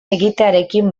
egitearekin